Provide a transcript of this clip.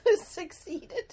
Succeeded